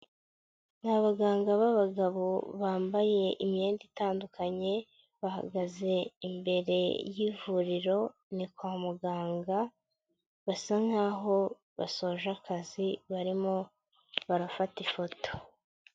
Ni abaganga b'abagabo bambaye imyenda itandukanye, bahagaze imbere y'ivuriro, ni kwa muganga basa nk'aho basoje akazi barimo barafata ifoto.